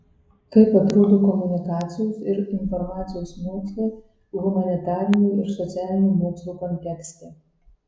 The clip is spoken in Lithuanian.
kaip atrodo komunikacijos ir informacijos mokslai humanitarinių ir socialinių mokslų kontekste